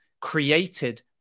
created